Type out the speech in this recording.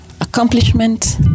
accomplishment